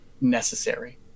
necessary